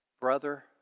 Brother